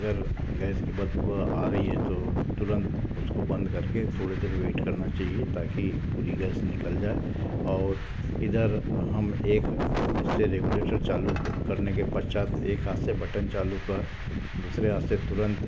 अगर गएस की बदबू आ रही है तो तुरंत उसको बंद करके थोड़ी देर वेट करना चाहिए ताकि पूरी गएस निकल जाए और इधर हम एक से रेगुलेटर चालू करने के पश्चात एक हाथ से बटन चालू कर दूसरे हाथ से तुरंत